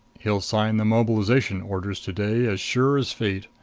he'll sign the mobilization orders to-day as sure as fate.